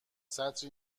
سطری